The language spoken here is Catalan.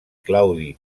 claudi